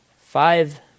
five